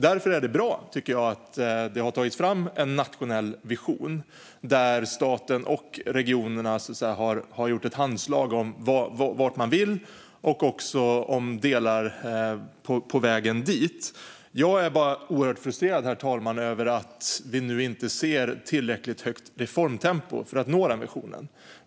Därför är det bra, tycker jag, att det har tagits fram en nationell vision där staten och regionerna har gjort ett handslag om vart man vill och om delar på vägen dit. Jag är bara oerhört frustrerad, herr talman, över att vi nu inte ser ett tillräckligt högt reformtempo för att nå den visionen.